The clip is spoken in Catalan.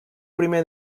primer